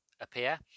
appear